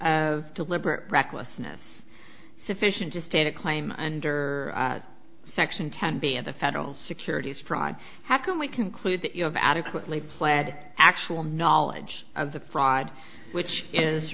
of deliberate recklessness sufficient to state a claim under section ten b of the federal securities fraud how can we conclude that you have adequately pled actual knowledge of the fraud which is